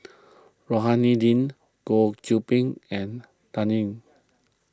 Rohani Din Goh Qiu Bin and Dan Ying